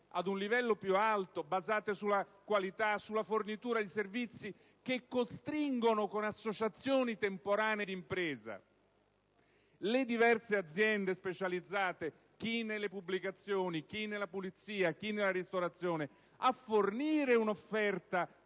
ad un livello più alto, basato sulla qualità, sulla fornitura di servizi che costringono con associazioni temporanee di impresa le diverse aziende specializzate (chi nelle pubblicazioni, chi nella pulizia, chi nella ristorazione) a fornire un'offerta